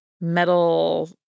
metal